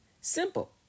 Simple